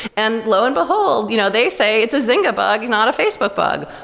and lo and behold, you know they say it's a zynga bug, not a facebook bug.